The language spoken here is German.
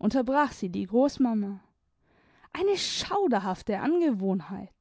unterbrach sie die großmama eine schauderhafte angewohnheit